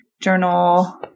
journal